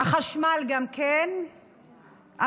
גם החשמל, המים,